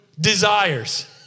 desires